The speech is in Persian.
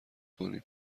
کنیم